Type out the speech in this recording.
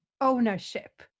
ownership